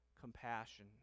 compassion